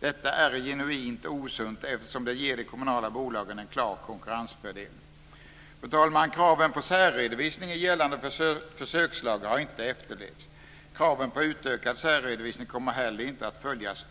Detta är genuint osunt, eftersom det ger de kommunala bolagen en klar konkurrensfördel. Fru talman! Kraven på särredovisning i gällande försökslag har inte efterlevts. Kraven på utökad särredovisning kommer heller inte att följas.